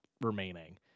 remaining